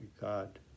God